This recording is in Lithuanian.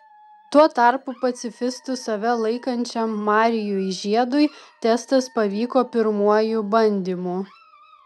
tuo tarpu pacifistu save laikančiam marijui žiedui testas pavyko pirmuoju bandymu